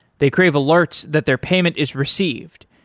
they crave alerts that their payment is received.